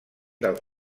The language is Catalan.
del